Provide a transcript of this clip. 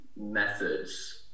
Methods